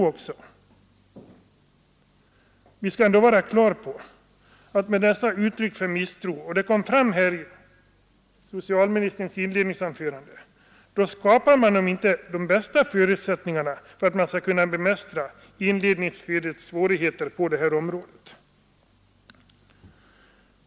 Vi skall ändå vara på det klara med att man med dessa uttryck för misstro — som också kom fram i socialministerns inledningsanförande — inte skapar de bästa förutsättningarna för att kunna bemästra inledningsskedets svårigheter på detta område.